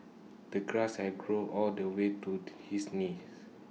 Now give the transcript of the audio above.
the grass had grown all the way to his knees